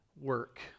work